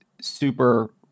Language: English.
super